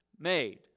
made